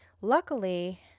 Luckily